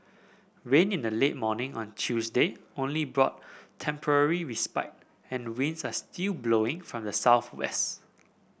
rain in the late morning on Tuesday only brought temporary respite and winds are still blowing from the southwest